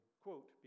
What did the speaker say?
quote